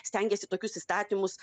stengiasi tokius įstatymus